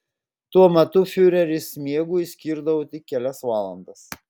tuo metu fiureris miegui skirdavo tik kelias valandas